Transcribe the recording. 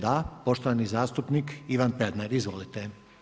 Da, poštovani zastupnik Ivan Pernar, izvolite.